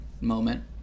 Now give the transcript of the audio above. moment